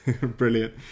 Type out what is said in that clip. Brilliant